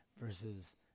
versus